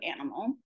animal